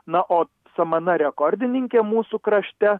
na o samana rekordininkė mūsų krašte